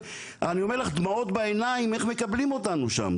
אני אומר לך דמעות בעיניים איך מקבלים אותנו שם,